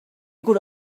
could